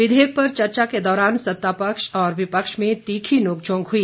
विधेयक पर चर्चा के दौरान सतापक्ष व विपक्ष में तीखी नोकझोंक हुई